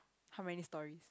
how many stories